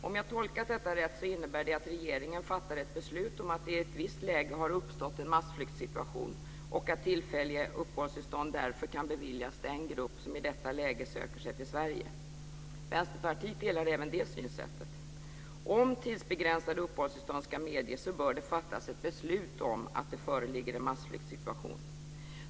Om jag tolkat detta rätt innebär det att regeringen fattar ett beslut om att det i ett visst läge har uppstått en massflyktsituation och att tillfälliga uppehållstillstånd därför kan beviljas den grupp som i detta läge söker sig till Sverige. Vänsterpartiet delar även detta synsätt. Om tidsbegränsade uppehållstillstånd ska medges bör det fattas ett beslut om att det föreligger en massflyktsituation.